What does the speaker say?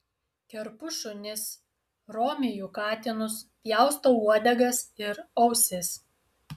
kerpu šunis romiju katinus pjaustau uodegas ir ausis